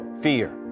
fear